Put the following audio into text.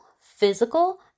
physical